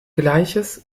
gleiches